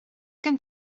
gen